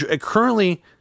Currently